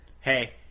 Hey